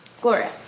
Gloria